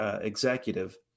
executive